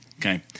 okay